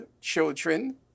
children